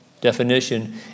Definition